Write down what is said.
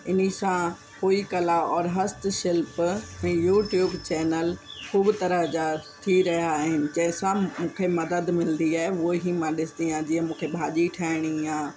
हिन सां कोई कला और हस्त शिल्प ऐं यूट्यूब चैनल ख़ूबु तरह जा थी रहिया आहिनि जंहिं सां मूंखे मदद मिलंदी आहे उहे ई मां ॾिसंदी आहे जीअं मूंखे भाॼी ठाहिणी आहे